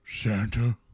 Santa